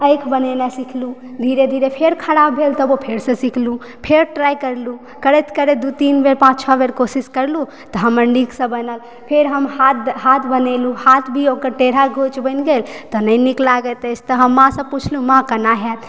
आँखि बनेनाइ सिखलहुॅं धीरे धीरे फेर खराब भेल तऽ जे फेर सऽ सिखलहुॅं फेर तरी करलहुॅं करैत करैत दू तीन बेर पाँच छओ बेर कोशिश करलहुॅं तऽ हमर नीक सऽ बनल फेर हम ओकर हाथ बनेलहुॅं हाथ भी ओकर टेढ़ा बनि गेल तऽ नहि नीक लागैत अछि तब हम माॅं सऽ पुछलहुॅं माँ केना हैत